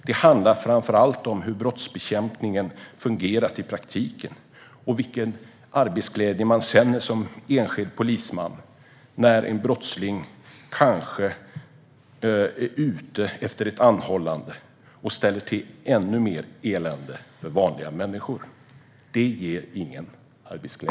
Det handlar framför allt om hur brottsbekämpningen har fungerat i praktiken och vilken arbetsglädje som en enskild polisman känner när en brottsling släpps efter ett anhållande och ställer till ännu mer elände för vanliga människor. Det ger ingen arbetsglädje.